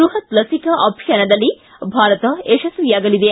ಬೃಹತ್ ಲಸಿಕಾ ಅಭಿಯಾನದಲ್ಲಿ ಭಾರತ ಯಶಸ್ವಿಯಾಗಲಿದೆ